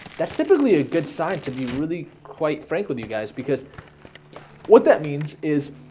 that's typically a good sign to be really quite frank with you guys because what that means is?